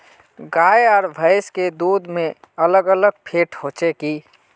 गाय आर भैंस के दूध में अलग अलग फेट होचे की?